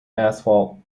asphalt